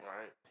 Right